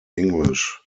english